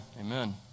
amen